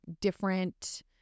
different